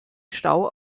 stau